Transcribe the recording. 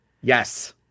Yes